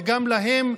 וגם להן,